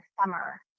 summer